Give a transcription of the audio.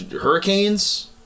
Hurricanes